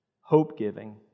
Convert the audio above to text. hope-giving